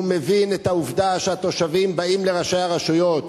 הוא מבין את העובדה שהתושבים באים לראשי הרשויות.